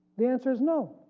the answer is no,